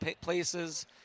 places